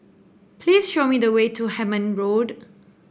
please show me the way to Hemmant Road